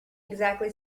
exactly